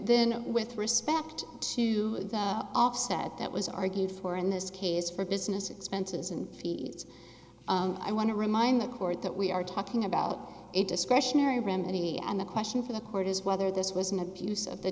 then with respect to offset that was argued for in this case for business expenses and fees i want to remind the court that we are talking about a discretionary remedy and the question for the court is whether this was an abuse of the